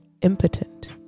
impotent